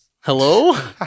Hello